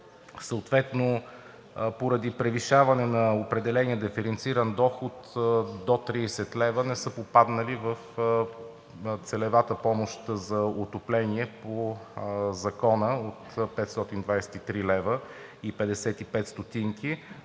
съответно поради превишаване на определения диференциран доход до 30 лв. не са попаднали в целевата помощ за отопление по закона от 523,55 лв., а също така